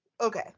Okay